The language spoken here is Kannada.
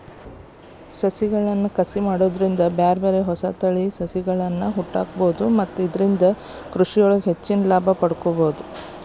ಸಸಿಗಳ ಕಸಿ ಮಾಡೋದ್ರಿಂದ ಬ್ಯಾರ್ಬ್ಯಾರೇ ಹೊಸ ತಳಿಯ ಸಸಿಗಳ್ಳನ ಹುಟ್ಟಾಕ್ಬೋದು ಮತ್ತ ಇದ್ರಿಂದ ಕೃಷಿಯೊಳಗ ಹೆಚ್ಚಿನ ಲಾಭ ಪಡ್ಕೋಬೋದು